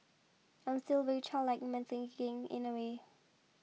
I'm still very childlike in my thinking in a way